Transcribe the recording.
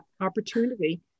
opportunity